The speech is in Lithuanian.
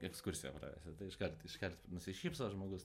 ekskursiją pravesit tai iškart iškart nusišypso žmogus